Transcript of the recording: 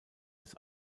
des